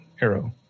arrow